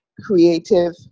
creative